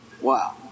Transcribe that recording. Wow